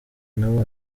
nabo